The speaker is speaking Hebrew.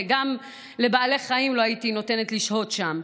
שגם לבעלי חיים לא הייתי נותנת לשהות שם.